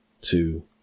two